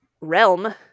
realm